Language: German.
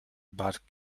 bat